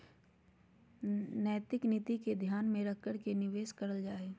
नैतिक नीति के ध्यान में रख के निवेश करल जा हइ